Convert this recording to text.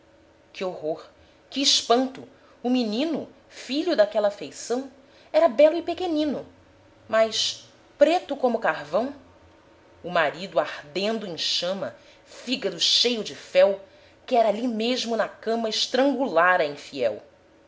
que horror que espanto o menino filho daquela afeição era belo e pequenino mas preto como carvão o marido ardendo em chama fígado cheio de fel quer ali mesmo na cama estrangular a infiel